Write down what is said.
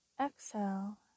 Exhale